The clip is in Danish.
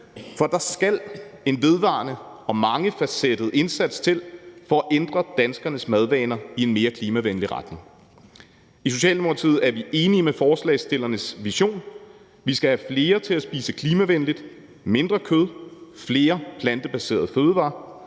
for der skal en vedvarende og mangefacetteret indsats til for at ændre danskernes madvaner i en mere klimavenlig retning. I Socialdemokratiet er vi enige i forslagsstillernes vision. Vi skal have flere til at spise klimavenligt, mindre kød og flere plantebaserede fødevarer,